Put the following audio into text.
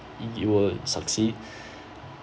you will succeed